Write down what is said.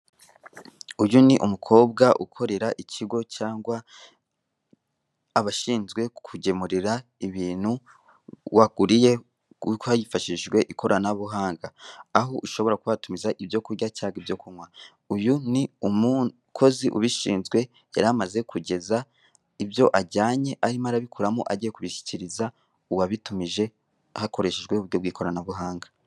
Uyu ni umukobwa ukorera ikigo cyangwa abashinzwe kukugemurira ibintu waguriye hifashishijwe ikoranabuhanga aho ushobora kuba watumiza ibyo kurya cyangwa ibyo kunywa uyu ni umukozi ubishinzwe